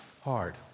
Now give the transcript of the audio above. hard